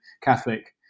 Catholic